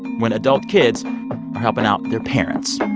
when adult kids are helping out their parents